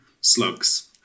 Slugs